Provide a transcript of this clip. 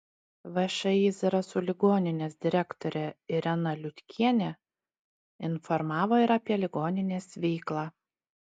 všį zarasų ligoninės direktorė irena liutkienė informavo ir apie ligoninės veiklą